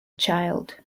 child